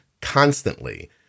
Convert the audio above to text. constantly